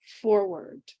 forward